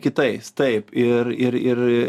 kitais taip ir ir ir